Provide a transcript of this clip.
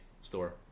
store